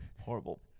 horrible